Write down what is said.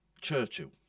Churchill